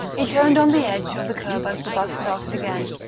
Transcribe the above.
he turned on the edge of the kerb as the bus started again.